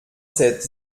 sept